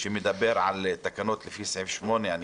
שמדבר על תקנות לפי סעיף 8 אני